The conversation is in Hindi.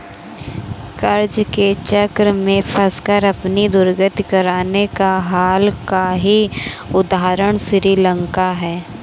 कर्ज के चक्र में फंसकर अपनी दुर्गति कराने का हाल का ही उदाहरण श्रीलंका है